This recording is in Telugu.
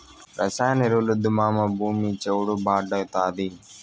రసాయన ఎరువులొద్దు మావా, భూమి చౌడు భార్డాతాది